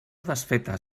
desfeta